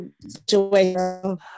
situation